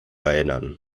erinnern